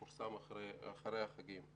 הדוח יפורסם לאחר חג סוכות.